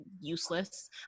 useless